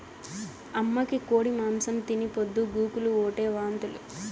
అమ్మకి కోడి మాంసం తిని పొద్దు గూకులు ఓటే వాంతులు